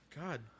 God